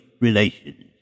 relations